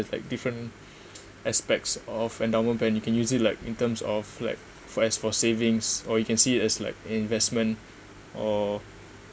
it's like different aspects of endowment plan you can use it like in terms of flag for as for savings or you can see is like investment or